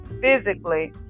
physically